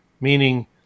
meaning